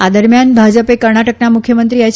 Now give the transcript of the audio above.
આ દરમિયાન ભાજપે કર્ણાટકના મુખ્યમંત્રી એય